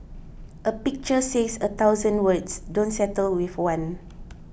a pictures says a thousand words don't settle with one